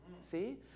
See